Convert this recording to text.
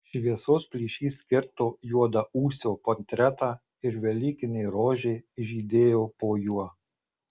šviesos plyšys kirto juodaūsio portretą ir velykinė rožė žydėjo po juo